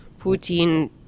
Putin